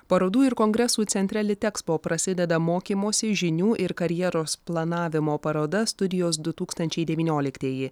parodų ir kongresų centre litexpo prasideda mokymosi žinių ir karjeros planavimo paroda studijos du tūkstančiai devynioliktieji